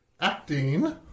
acting